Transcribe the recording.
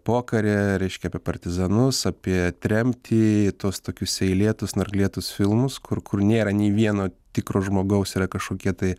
pokarį reiškia apie partizanus apie tremtį tuos tokius seilėtus snarglėtus filmus kur kur nėra nei vieno tikro žmogaus yra kažkokie tai